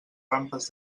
rampes